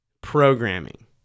programming